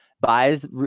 buys